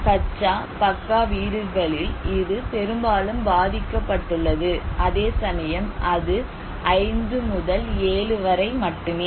கச்சா பக்கா வீடுகளில் இது பெரும்பாலும் பாதிக்கப்பட்டுள்ளது அதேசமயம் அது 5 முதல் 7 வரை மட்டுமே